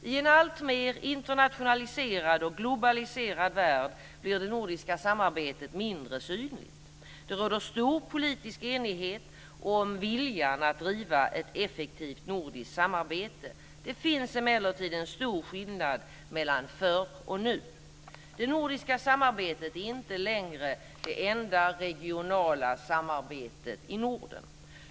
I en alltmer internationaliserad och globaliserad värld blir det nordiska samarbetet mindre synligt. Det råder stor politisk enighet om viljan att driva ett effektivt nordiskt samarbete. Det finns emellertid en stor skillnad mellan förr och nu. Det nordiska samarbetet är inte längre det enda regionala samarbetet i Norden.